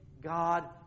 God